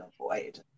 avoid